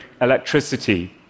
electricity